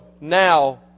now